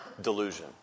delusion